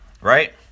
Right